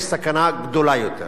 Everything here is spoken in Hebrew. יש סכנה גדולה יותר.